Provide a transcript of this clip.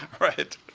Right